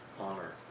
honor